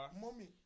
mommy